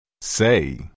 Say